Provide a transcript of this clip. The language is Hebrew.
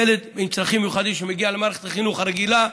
ילד עם צרכים מיוחדים שמגיע למערכת החינוך הרגילה,